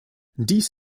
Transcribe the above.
dies